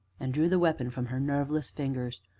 and drew the weapon from her nerveless fingers,